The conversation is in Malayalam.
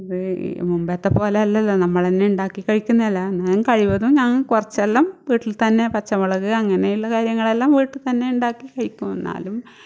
മുൻപത്തെ പോലല്ലല്ലോ നമ്മൾ തന്നെ ഉണ്ടാക്കി കഴിക്കുന്നതല്ല എന്നാലും കഴിവതും ഞാൻ കുറച്ചെല്ലാം വീട്ടിൽ തന്നെ പച്ചമുളക് അങ്ങനുള്ള കാര്യങ്ങളെല്ലാം വീട്ടിൽ തന്നെ ഉണ്ടാക്കി കഴിക്കും എന്നാലും